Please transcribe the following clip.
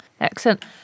excellent